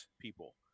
people